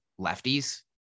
lefties